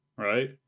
Right